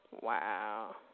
Wow